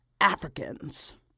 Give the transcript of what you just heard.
africans